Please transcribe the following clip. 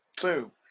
boom